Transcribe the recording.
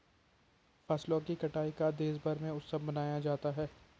फसलों की कटाई का देशभर में उत्सव मनाया जाता है